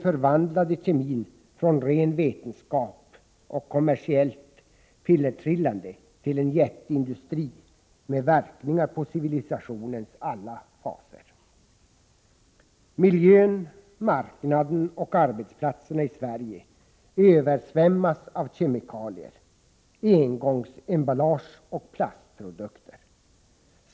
förvandlade kemin från ren vetenskap och kommersiellt pillertrillande till en jätteindustri med verkningar på civilisationens alla faser.” Miljön, marknaden och arbetsplatserna i Sverige översvämmas av kemikalier, engångsemballage och plastprodukter.